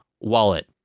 wallet